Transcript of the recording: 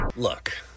Look